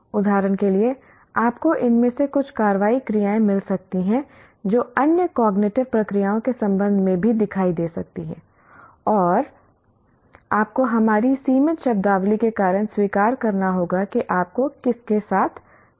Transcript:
उदाहरण के लिए आपको इनमें से कुछ कार्रवाई क्रियाएं मिल सकती हैं जो अन्य कॉग्निटिव प्रक्रियाओं के संबंध में भी दिखाई दे सकती हैं और आपको हमारी सीमित शब्दावली के कारण स्वीकार करना होगा कि आपको किसके साथ काम करना है